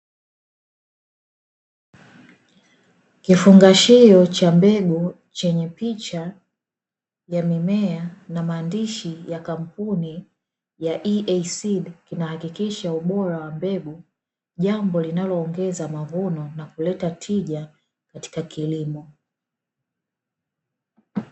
Kifungashio cha mbegu chenye picha ya mimea na maandishi ya kampuni ya "EA SEED" kinahakikisha ubora wa mbegu, jambo linaloongeza mavuno na kuleta tija katika kilimo.